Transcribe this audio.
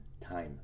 time